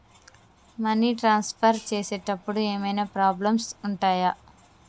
Money transfer చేసేటప్పుడు ఏమైనా problems ఉంటయా?